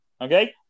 Okay